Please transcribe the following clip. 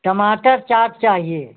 टमाटर चाट चाहिए